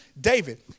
David